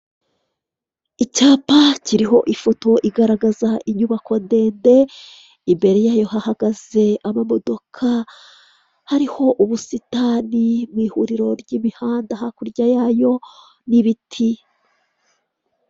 Icyapa kiriho ifoto igaragaza inyubako ndende, imbere yayo hahagaze amamodoka, hariho ubusitani mu ihuriro ry'imihanda hakurya yayo n'ibiti.